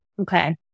Okay